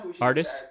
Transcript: artist